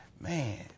man